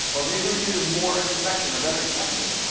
or maybe we needed more inspection, or better inspection.